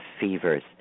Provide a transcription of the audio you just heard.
fevers